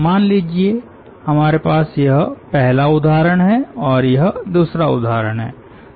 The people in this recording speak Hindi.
मान लीजिये कि हमारे पास यह पहला उदाहरण है और यह दूसरा उदाहरण है